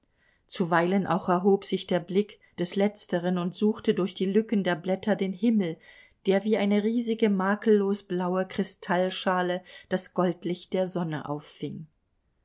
zuweilen auch erhob sich der blick des letzteren und suchte durch die lücken der blätter den himmel der wie eine riesige makellos blaue kristallschale das goldlicht der sonne auffing